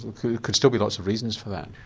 ah could could still be lots of reasons for that.